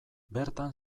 bertan